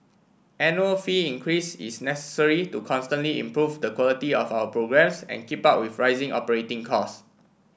annual fee increase is necessary to constantly improve the quality of our programmes and keep up with rising operating cost